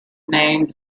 name